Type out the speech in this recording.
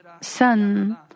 Son